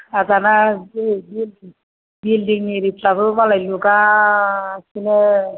आरो दाना बे बिल्दिं एरिफ्राबो मालाय लुगासिनो